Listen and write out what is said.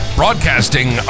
broadcasting